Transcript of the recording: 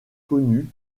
connue